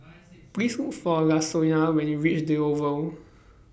Please Look For Lasonya when YOU REACH The Oval